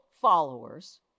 followers